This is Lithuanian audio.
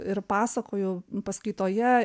ir pasakoju paskaitoje